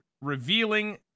revealing